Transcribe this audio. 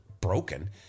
broken